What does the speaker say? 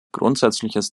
grundsätzliches